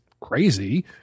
crazy